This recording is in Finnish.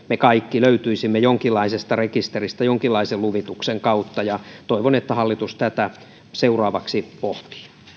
me kaikki etsijät löytyisimme jonkinlaisesta rekisteristä jonkinlaisen luvituksen kautta toivon että hallitus tätä seuraavaksi pohtii